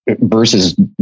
versus